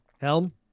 Helm